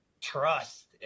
trust